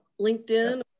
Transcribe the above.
linkedin